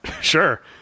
Sure